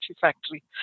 Factory